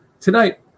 tonight